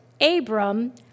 Abram